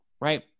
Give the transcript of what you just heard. right